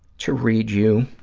to read you